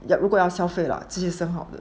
yup 如果要消费啊这里是很好的